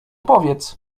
powiedz